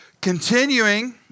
continuing